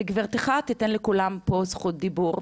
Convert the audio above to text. וגברתך תיתן לכולם פה זכות דיבור,